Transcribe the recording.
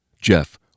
Jeff